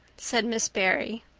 said miss barry.